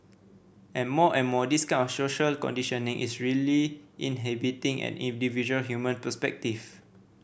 and more and more this kind of social conditioning is really inhibiting an individual human perspective